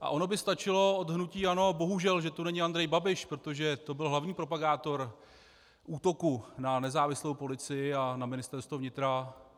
A ono by stačilo od hnutí ANO bohužel tu není Andrej Babiš, protože to byl hlavní propagátor útoku na nezávislou policii a na Ministerstvo vnitra.